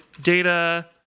data